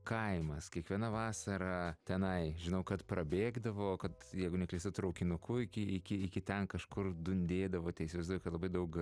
kaimas kiekviena vasara tenai žinau kad prabėgdavo kad jeigu neklystu traukinuku iki iki iki ten kažkur dundėdavo tai įsivaizduoju kad labai daug